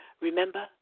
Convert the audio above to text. Remember